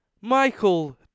Michael